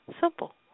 Simple